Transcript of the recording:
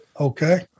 okay